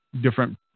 different